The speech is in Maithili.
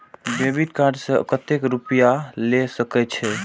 डेबिट कार्ड से कतेक रूपया ले सके छै?